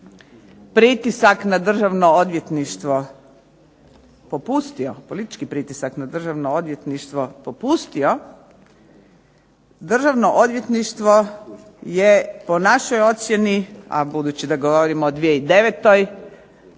pritisak na Državno odvjetništvo popustio, politički pritisak na Državno odvjetništvo popustio, Državno odvjetništvo je po našoj ocjeni, a budući da govorimo o 2009. počelo